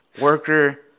Worker